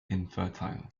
infertile